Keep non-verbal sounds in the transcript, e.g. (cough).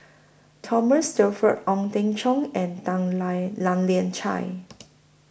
Thomas Shelford Ong Teng Cheong and Tan (unintelligible) Lian (unintelligible) Chye